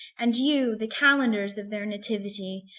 and you the calendars of their nativity,